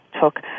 took